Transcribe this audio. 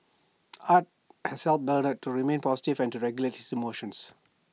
art has helped Bernard to remain positive and to regulate his emotions